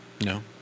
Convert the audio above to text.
No